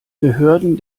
behörden